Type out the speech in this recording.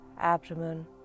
abdomen